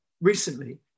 recently